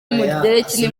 w’umugereki